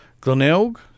Glenelg